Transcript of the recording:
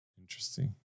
Interesting